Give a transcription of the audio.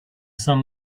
sun